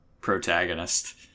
protagonist